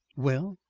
well,